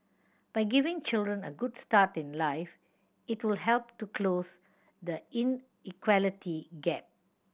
by giving children a good start in life it will help to close the inequality gap